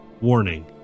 Warning